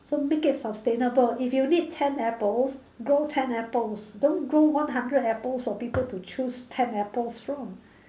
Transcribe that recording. so make it sustainable if you need ten apples grow ten apples don't grow one hundred apples for people to choose ten apples from